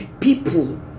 People